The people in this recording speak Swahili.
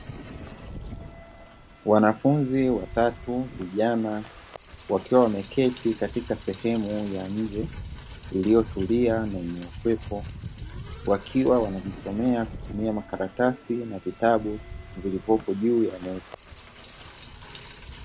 Wanafunzi watatu vijana, wakiwa wameketi katika sehemu ya nje iliyotulia na yenye upepo, wakiwa wanajisomea kutumia makaratasi na vitabu vilivyopo juu ya meza.